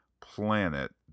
planet